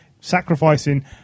sacrificing